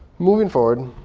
moving forward